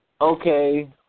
Okay